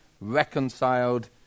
reconciled